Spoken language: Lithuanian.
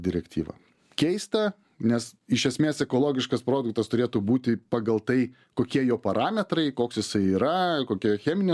direktyvą keista nes iš esmės ekologiškas produktas turėtų būti pagal tai kokie jo parametrai koks jisai yra kokia jo cheminė